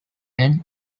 and